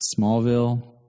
Smallville